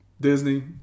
Disney